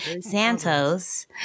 Santos